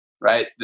right